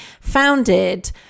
founded